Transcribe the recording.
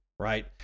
right